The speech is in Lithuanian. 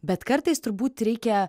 bet kartais turbūt reikia